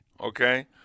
Okay